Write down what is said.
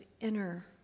inner